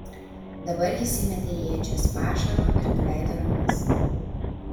dabar jis įmetė į ėdžias pašaro ir nuleido rankas